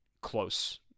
close